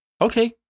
Okay